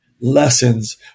lessons